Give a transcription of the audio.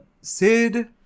Sid